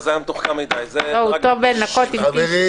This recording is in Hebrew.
הוא טוב בלנקות עם טישיו.